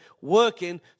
working